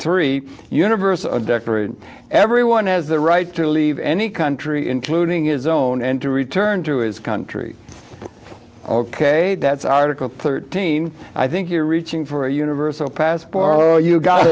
thirteen universe of decorated everyone has the right to leave any country including his own and to return to his country ok that's article thirteen i think you're reaching for a universal passport oh you g